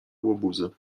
łobuzy